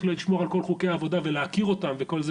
לשמור על כל חוקי העבודה ולהכיר אותם וכל זה,